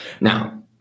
Now